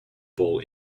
bowl